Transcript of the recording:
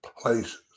places